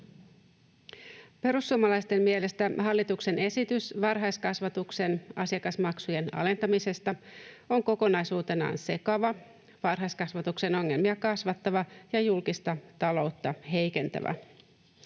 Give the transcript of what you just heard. Perussuomalaisten mielestä hallituksen esitys varhaiskasvatuksen asiakasmaksujen alentamisesta on kokonaisuutena sekava, varhaiskasvatuksen ongelmia kasvattava ja julkista taloutta heikentävä.